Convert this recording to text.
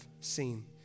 seen